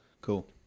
Cool